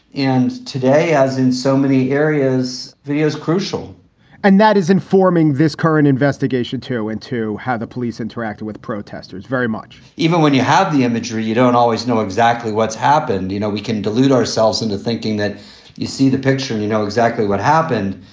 and today, as in so many areas, video is crucial and that is informing this current investigation, too, into how the police interact with protesters very much even when you have the imagery, you don't always know exactly what's happened. you know, we can delude ourselves into thinking that you see the picture. you know exactly what happened.